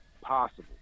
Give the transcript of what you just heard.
possible